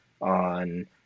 on